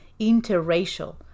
interracial